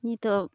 ᱱᱤᱛᱚᱜ